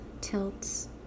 tilts